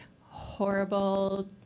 horrible